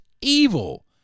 evil